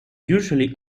usually